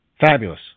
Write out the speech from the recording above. fabulous